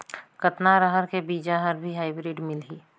कतना रहर के बीजा हर भी हाईब्रिड मिलही?